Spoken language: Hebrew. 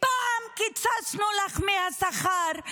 פעם קיצצנו לך מהשכר,